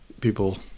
people